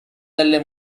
delle